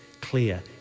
clear